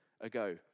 ago